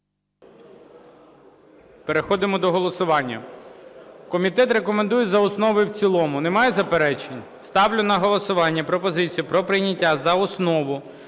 Переходимо до голосування. Комітет рекомендує за основу і в цілому. Немає заперечень? Ставлю на голосування пропозицію про прийняття за основу